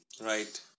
Right